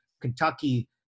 Kentucky